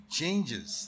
changes